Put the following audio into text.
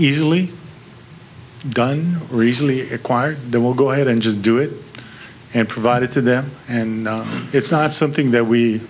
easily done recently acquired the will go ahead and just do it and provided to them and it's not something that we